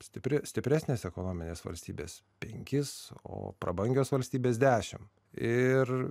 stipri stipresnės ekonominės valstybės penkis o prabangios valstybės dešimt ir